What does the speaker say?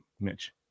Mitch